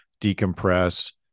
decompress